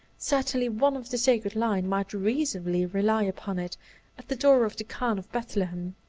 certainly one of the sacred line might reasonably rely upon it at the door of the khan of bethlehem.